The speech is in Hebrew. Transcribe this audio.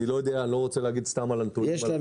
אני לא רוצה להגיד סתם על קצב --- יש לנו